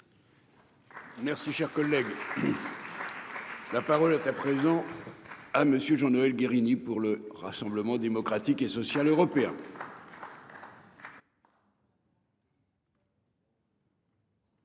Merci cher collègue. La parole est à présent à monsieur Jean-Noël Guérini pour le Rassemblement démocratique et social européen.